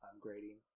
grading